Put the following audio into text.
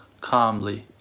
calmly